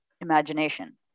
imagination